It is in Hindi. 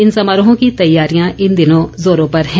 इन समारोहों की तैयारियां इन दिनों जोरों पर हैं